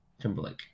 Timberlake